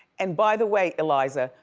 and by the way, eliza,